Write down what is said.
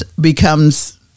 becomes